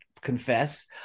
confess